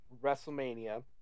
WrestleMania